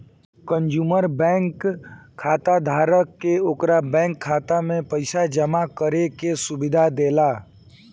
consumer bank खाताधारक के ओकरा बैंक खाता में पइसा जामा करे के सुविधा देला